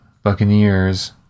Buccaneers